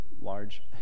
large